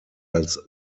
als